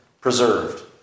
preserved